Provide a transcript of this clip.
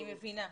אני מבינה.